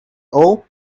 all